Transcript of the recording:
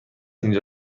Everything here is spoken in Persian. اینجا